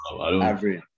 average